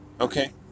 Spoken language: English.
Okay